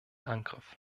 angriff